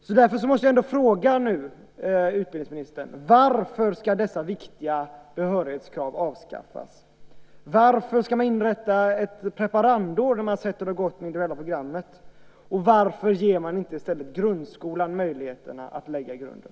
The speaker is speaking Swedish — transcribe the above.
Jag måste fråga utbildningsministern: Varför ska dessa viktiga behörighetskrav avskaffas? Varför ska man inrätta ett preparandår när man har sett hur det har gått med det individuella programmet? Varför ger man inte i stället grundskolan möjligheterna att lägga grunden?